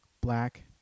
black